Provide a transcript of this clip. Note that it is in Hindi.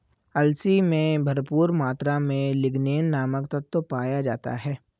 अलसी में भरपूर मात्रा में लिगनेन नामक तत्व पाया जाता है